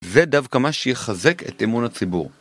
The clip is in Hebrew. זה דווקא מה שיחזק את אמון הציבור